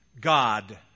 God